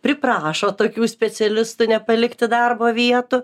priprašo tokių specialistų nepalikti darbo vietų